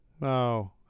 No